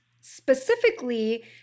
specifically